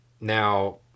now